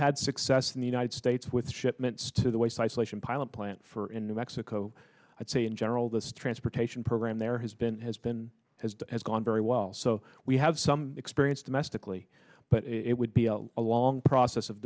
had success in the united states with shipments to the way site selection pilot plant for in new mexico i'd say in general the transportation program there has been has been as has gone very well so we have some experience domestically but it would be a long process of